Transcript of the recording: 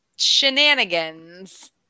shenanigans